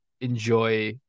enjoy